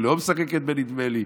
היא לא משחקת ב"נדמה לי",